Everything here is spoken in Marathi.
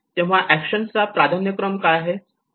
तेव्हा एक्शन चा प्राधान्यक्रम काय आहे